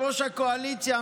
יושב-ראש הקואליציה,